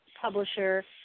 publisher